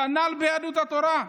כנ"ל ביהדות התורה.